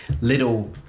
little